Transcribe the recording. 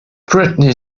britney